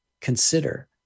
Consider